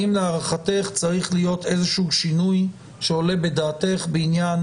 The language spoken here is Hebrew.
האם להערכתך צריך להיות איזה שהוא שינוי שעולה בדעתך בעניין